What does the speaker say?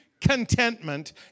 contentment